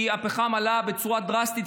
כי הפחם עלה בצורה דרסטית,